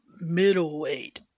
middleweight